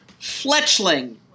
Fletchling